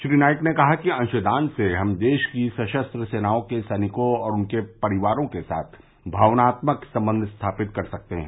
श्री नाईक ने कहा कि अंशदान से हम देश की सशस्त्र सेनाओं के सैनिकों और उनके परिवारों के साथ भावनात्मक संबंध स्थापित कर सकते हैं